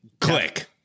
click